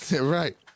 Right